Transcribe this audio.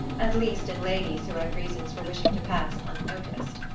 at least in ladies who had reasons for wishing to pass unnoticed.